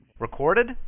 Recorded